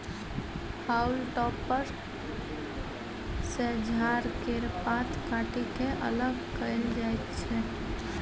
हाउल टॉपर सँ झाड़ केर पात काटि के अलग कएल जाई छै